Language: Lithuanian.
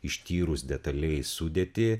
ištyrus detaliai sudėtį